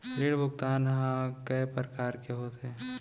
ऋण भुगतान ह कय प्रकार के होथे?